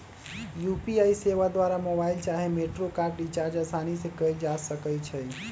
UPI सेवा द्वारा mobile चाहे मेट्रो कार्ड रिचार्ज असानी से कएल जा सकइ छइ